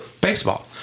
baseball